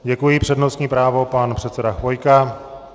Děkuji, přednostní právo pan předseda Chvojka.